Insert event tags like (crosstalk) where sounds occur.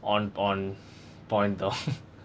on on point though (laughs)